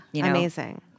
amazing